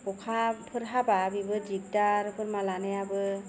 अखाफोर हाबा बेबो दिगदार बोरमा लानायाबो